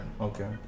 Okay